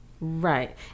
Right